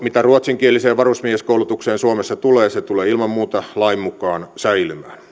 mitä ruotsinkieliseen varusmieskoulutukseen suomessa tulee se tulee ilman muuta lain mukaan säilymään